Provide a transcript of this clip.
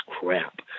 crap